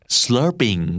slurping